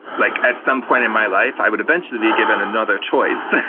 like at some point in my life, i would eventually be given another choice.